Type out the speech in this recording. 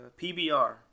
PBR